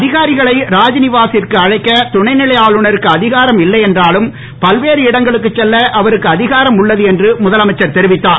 அதிகாரிகளை ராஜ்நீவாசிற்கு அழைக்க துணைநிலை ஆளுநருக்கு அதிகாரம் இல்லை என்றாலும் பல்வேறு இடங்களுக்கு செல்ல அவருக்கு அதிகாரம் உள்ளது என்று முதலமைச்சர் தெரிவித்தார்